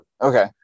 Okay